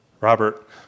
Robert